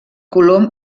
colom